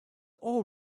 all